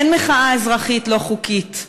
אין מחאה אזרחית לא חוקית.